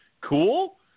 cool